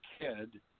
kid